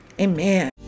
amen